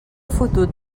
fotut